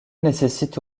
nécessite